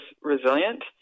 resilient